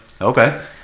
Okay